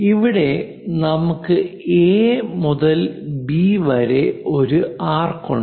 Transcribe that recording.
ഇവിടെ നമുക്ക് A മുതൽ B വരെ ഒരു ആർക്ക് ഉണ്ട്